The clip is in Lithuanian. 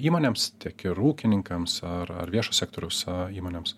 įmonėms tiek ir ūkininkams ar ar viešo sektoriaus įmonėms